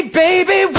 baby